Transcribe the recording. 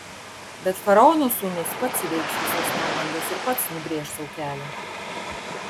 bet faraono sūnus pats įveiks visas negandas ir pats nubrėš sau kelią